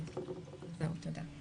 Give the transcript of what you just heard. זהו, תודה.